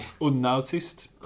unnoticed